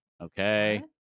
okay